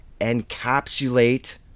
encapsulate